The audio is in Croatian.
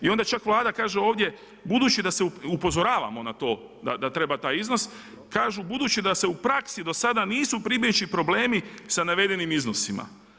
I onda čak Vlada kaže ovdje, budući da se upozoravamo na to, da treba taj iznos, kažu, budući da se u praksi do sada nisu … problemi sa navedenim iznosima.